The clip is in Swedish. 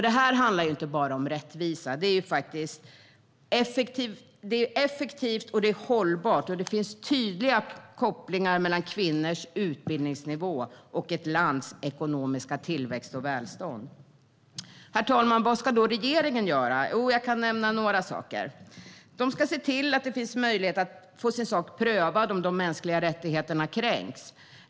Det handlar inte bara om rättvisa utan det är faktiskt effektivt och hållbart. Det finns tydliga kopplingar mellan kvinnors utbildningsnivå och ett lands ekonomiska tillväxt och välstånd. Herr talman! Vad ska då regeringen göra? Jag kan nämna några saker. Den ska se till att det är möjligt att få sin sak prövad om de mänskliga rättigheterna kränks.